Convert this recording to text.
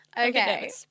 Okay